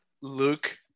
luke